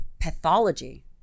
pathology